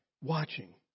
watching